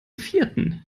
vierten